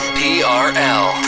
prl